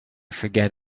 forget